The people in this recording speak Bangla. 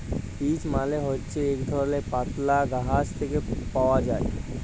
পিচ্ মালে হছে ইক ধরলের পাতলা গাহাচ থ্যাকে পাউয়া যায়